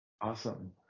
Awesome